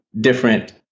different